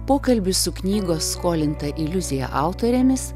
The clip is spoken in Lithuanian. pokalbis su knygos skolinta iliuzija autorėmis